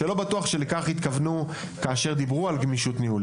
שלא בטוח שאליה התכוונו כאשר דיברו על כך.